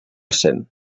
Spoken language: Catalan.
cent